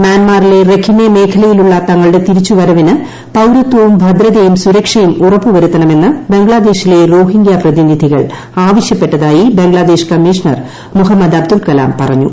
മ്യാൻമാറിലെ Rakhine മേഖലയിലുള്ള തങ്ങളുടെ തിരിച്ചുവരവിന് പൌരത്വവും ഭദ്രതയും സുരക്ഷയും ഉറപ്പുവരുത്തണമെന്ന് ബംഗ്ലാദേശിലെ റോഹിഗ്യ പ്രതിനിധികൾ ആവശ്യപ്പെട്ടതായി ബംഗ്ലാദേശ് കമ്മീഷണർ മുഹമ്മദ് അബ്ദുൾ കലാം പറഞ്ഞു